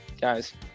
guys